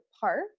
park